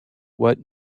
what